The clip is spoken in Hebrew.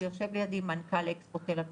יושב לידי מנכ"ל אקספו תל אביב,